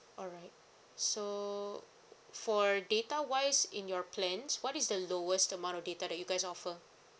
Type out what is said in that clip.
alright so for data wise in your plans what is the lowest amount of data that you guys offer